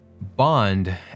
Bond